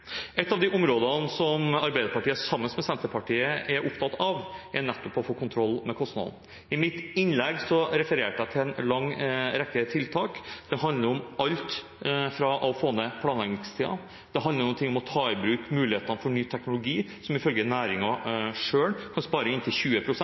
et alternativ til regjeringen. Et av de områdene som Arbeiderpartiet sammen med Senterpartiet er opptatt av, er nettopp å få kontroll med kostnadene. I mitt innlegg refererte jeg til en lang rekke tiltak. Det handler om alt fra å få ned planleggingstiden til å ta i bruk mulighetene for ny teknologi, der man ifølge